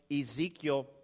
Ezekiel